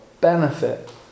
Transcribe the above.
benefit